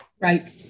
Right